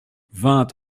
vingt